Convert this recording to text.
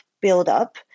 buildup